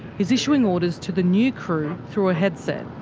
he's issuing orders to the new crew through a headset.